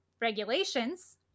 regulations